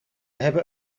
hebben